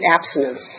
abstinence